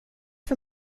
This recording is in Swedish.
för